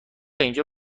اینجا